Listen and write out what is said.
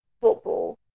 football